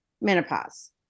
menopause